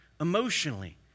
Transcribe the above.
emotionally